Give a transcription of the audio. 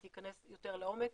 היא תיכנס יותר לעומק.